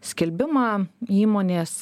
skelbimą įmonės